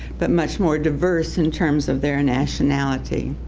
but much more diverse in terms of their nationality.